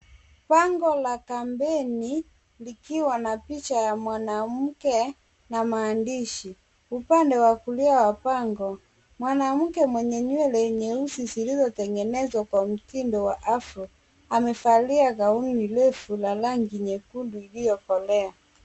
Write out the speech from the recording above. Bango la kampeni likiwa na picha ya mwanamke na maandishi, upande wa kulia wa bango. Mwanamke mwenye nywele nyeusi zilizotengenezwa kwa mtindo wa afro, amevalia gauni refu la rangi nyekundu iliyokolea.